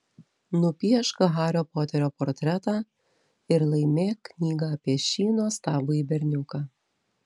nupiešk hario poterio portretą ir laimėk knygą apie šį nuostabųjį berniuką